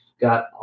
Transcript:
got